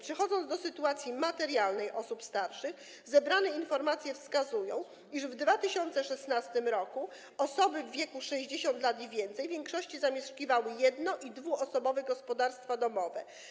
Przechodząc do sytuacji materialnej osób starszych - zebrane informacje wskazują, iż w 2016 r. osoby w wieku 60 lat i więcej w większości zamieszkiwały jedno- i dwuosobowe gospodarstwa domowe.